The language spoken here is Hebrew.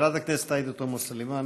חברת הכנסת עאידה תומא סלימאן,